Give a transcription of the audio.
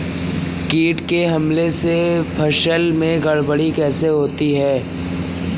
कीट के हमले से फसल में गड़बड़ी कैसे होती है?